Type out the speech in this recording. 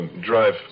drive